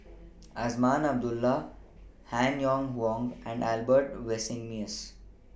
Azman Abdullah Han Yong Hong and Albert Winsemius